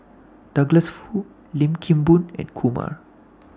Douglas Foo Lim Kim Boon and Kumar